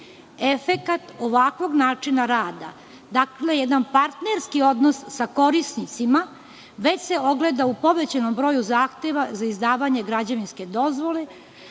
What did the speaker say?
Efekat ovakvog načina rada, jedan partnerski odnos sa korisnicima, već se ogleda u povećanom broju zahteva za izdavanje građevinske dozvole,